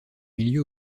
milieu